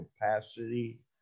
capacity